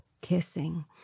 kissing